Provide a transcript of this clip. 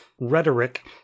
rhetoric